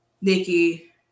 Nikki